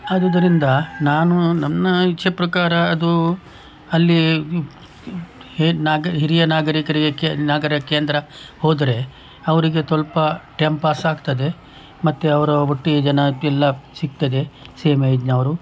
ಆದ್ದರಿಂದ ನಾನು ನನ್ನ ಇಚ್ಛೆ ಪ್ರಕಾರ ಅದು ಅಲ್ಲಿ ಹಿರಿಯ ನಾಗರಿಕರಿಗೆ ಕೇ ನಗರ ಕೇಂದ್ರ ಹೋದರೆ ಅವರಿಗೆ ಸ್ವಲ್ಪ ಟೈಮ್ ಪಾಸ್ ಆಗ್ತದೆ ಮತ್ತೆ ಅವರ ಒಟ್ಟಿಗೆ ಜನ ಎಲ್ಲ ಸಿಗ್ತದೆ ಸೇಮ್ ಏಜ್ನವರು